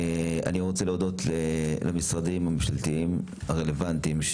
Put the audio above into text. אני רוצה להודות למשרדים הממשלתיים הרלוונטיים,